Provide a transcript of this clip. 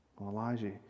Elijah